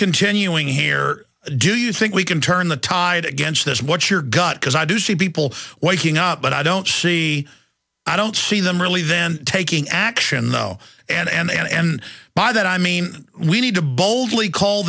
continuing here do you think we can turn the tide against this what's your gut because i do see people waking up but i don't see i don't see them really then taking action no and by that i mean we need to boldly call